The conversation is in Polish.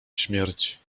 śmierć